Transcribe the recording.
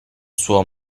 suo